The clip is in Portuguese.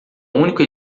único